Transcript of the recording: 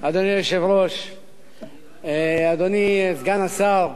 אדוני היושב-ראש, אדוני סגן השר